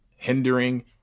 Hindering